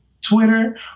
twitter